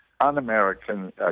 un-American